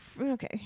okay